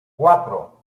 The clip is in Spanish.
cuatro